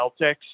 Celtics